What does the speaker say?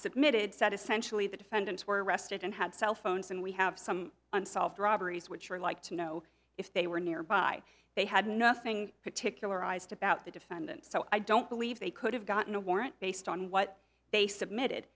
submitted said essentially the defendants were arrested and had cell phones and we have some unsolved robberies would sure like to know if they were nearby they had nothing particular i's to about the defendant so i don't believe they could have gotten a warrant based on what they submitted